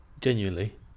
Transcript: genuinely